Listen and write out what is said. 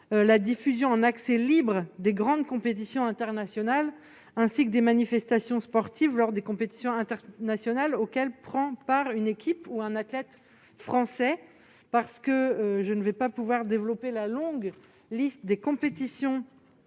la diffusion en accès libre des grandes compétitions internationales, ainsi que des manifestations sportives lors des compétitions internationales auxquelles prend part une équipe ou un athlète français. Je ne développerai pas la longue liste des compétitions